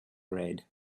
red